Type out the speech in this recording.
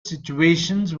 situations